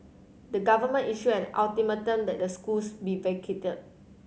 the government issued an ultimatum that the schools be vacated